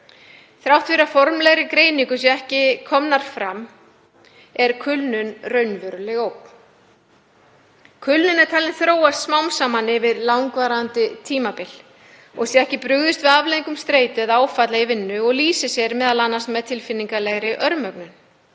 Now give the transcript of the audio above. Þrátt fyrir að formlegar greiningar séu ekki komnar fram er kulnun raunveruleg ógn. Kulnun er talin þróast smám saman yfir langvarandi tímabil sé ekki brugðist við afleiðingum streitu eða áfalla í vinnu og lýsir sér m.a. með tilfinningalegri örmögnun,